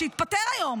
שהתפטר היום